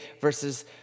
versus